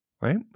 right